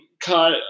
cut